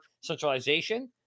centralization